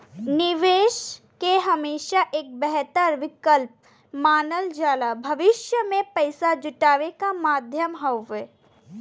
निवेश के हमेशा एक बेहतर विकल्प मानल जाला भविष्य में पैसा जुटावे क माध्यम हउवे